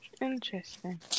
Interesting